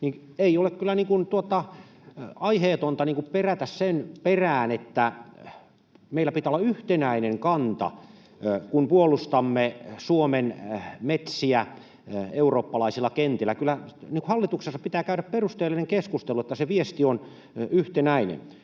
Ei ole kyllä aiheetonta perätä sitä, että meillä pitää olla yhtenäinen kanta, kun puolustamme Suomen metsiä eurooppalaisilla kentillä. Kyllä hallituksessa pitää käydä perusteellinen keskustelu, että se viesti on yhtenäinen.